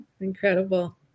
Incredible